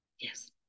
Yes